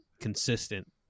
consistent